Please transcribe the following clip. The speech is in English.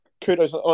Kudos